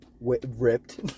ripped